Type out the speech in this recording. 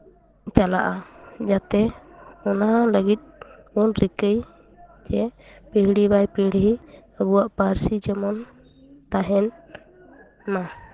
ᱪᱟᱞᱟᱜᱼᱟ ᱡᱟᱛᱮ ᱚᱱᱟ ᱞᱟᱹᱜᱤᱫ ᱵᱚᱱ ᱨᱤᱠᱟᱹᱭ ᱡᱮ ᱯᱤᱲᱦᱤ ᱵᱟᱭ ᱯᱤᱲᱦᱤ ᱟᱵᱚᱣᱟᱜ ᱯᱟᱹᱨᱥᱤ ᱡᱮᱢᱚᱱ ᱛᱟᱦᱮᱱ ᱢᱟ